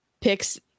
picks